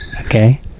okay